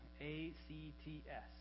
A-C-T-S